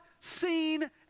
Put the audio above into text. seen